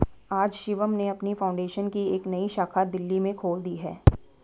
आज शिवम ने अपनी फाउंडेशन की एक नई शाखा दिल्ली में खोल दी है